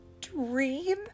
dream